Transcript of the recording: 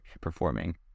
performing